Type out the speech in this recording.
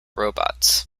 robots